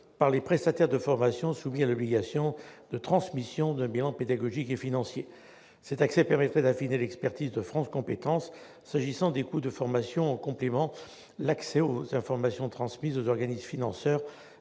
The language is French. par les prestataires de formation soumis à l'obligation de transmission d'un bilan pédagogique et financier. Cet accès permettrait d'affiner l'expertise de France compétences s'agissant des coûts de formation, en complétant l'accès aux informations transmises aux organismes financeurs